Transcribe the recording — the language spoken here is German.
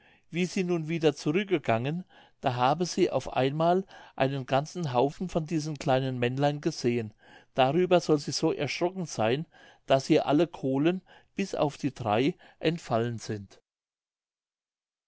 wie sie nun wieder zurückgegangen da habe sie auf einmal einen ganzen haufen von diesen kleinen männlein gesehen darüber soll sie so erschrocken seyn daß ihr alle kohlen bis auf die drei entfallen sind